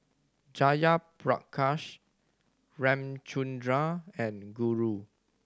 Jayaprakash Ramchundra and Guru